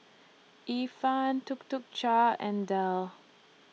Ifan Tuk Tuk Cha and Dell